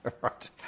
Right